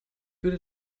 würde